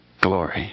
glory